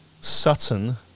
Sutton